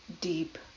deep